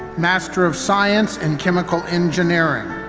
master of science in chemical engineering.